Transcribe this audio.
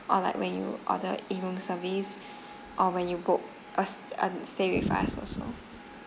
or like when you ordered in room service or when you booked s~ a stay with us also